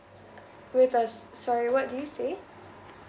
wait uh sorry what did you say